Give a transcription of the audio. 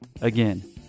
Again